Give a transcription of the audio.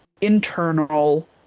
internal